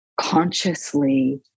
consciously